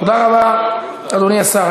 תודה רבה, אדוני השר.